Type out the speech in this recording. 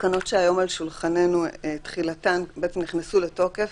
התקנות שהיום על שולחננו בעצם נכנסו לתוקף,